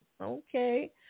Okay